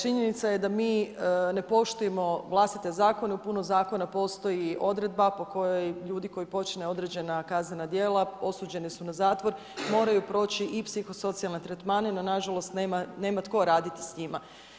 Činjenica je da mi ne poštujemo vlastite zakone jer u puno zakona postoji odredba po kojoj ljudi koji počine određena kaznena djela osuđeni su na zatvor, moraju proći i psihosocijalne tretmane, no nažalost nema tko raditi s njima.